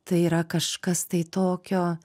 tai yra kažkas tai tokio